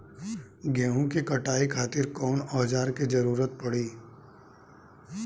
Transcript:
गेहूं के कटाई खातिर कौन औजार के जरूरत परी?